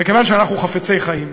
מכיוון שאנחנו חפצי חיים,